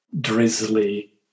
drizzly